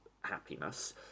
happiness